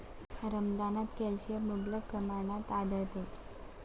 रमदानात कॅल्शियम मुबलक प्रमाणात आढळते